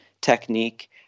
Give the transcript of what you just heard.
technique